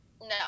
No